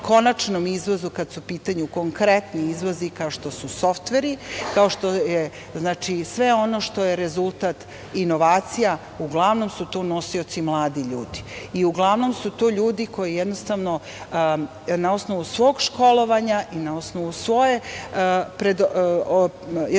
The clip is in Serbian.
konačnom izvozu kad su u pitanju konkretni izvozi kao što su softveri, kao što je sve ono što je rezultat inovacija uglavnom su tu nosioci mladi ljudi i uglavnom su to ljudi koji jednostavno na osnovu svog školovanja i na osnovu svoje mogućnosti